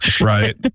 Right